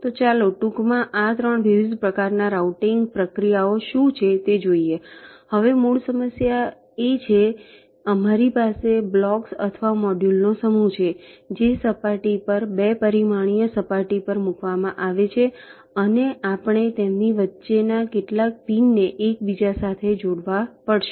તો ચાલો ટૂંકમાં આ 3 વિવિધ પ્રકારના રાઉટીંગ પ્રક્રિયાઓ શું છે તે જોઈએ હવે મૂળ સમસ્યા એ જ છે અમારી પાસે બ્લોક્સ અથવા મોડ્યુલોનો સમૂહ છે જે સપાટી પર 2 પરિમાણીય સપાટી પર મૂકવામાં આવે છે અને આપણે તેમની વચ્ચેના કેટલાક પિનને એકબીજા સાથે જોડવા પડશે